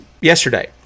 yesterday